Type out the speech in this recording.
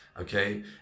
okay